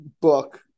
book